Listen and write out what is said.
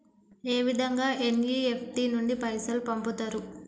ఏ విధంగా ఎన్.ఇ.ఎఫ్.టి నుండి పైసలు పంపుతరు?